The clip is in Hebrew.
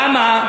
למה?